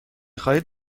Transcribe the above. خواهید